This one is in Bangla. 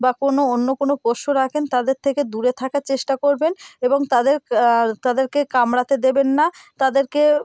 বা কোনো অন্য কোনো পোষ্য রাখেন তাদের থেকে দূরে থাকার চেষ্টা করবেন এবং তাদের তাদেরকে কামড়াতে দেবেন না তাদেরকে